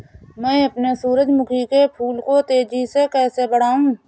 मैं अपने सूरजमुखी के फूल को तेजी से कैसे बढाऊं?